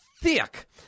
Thick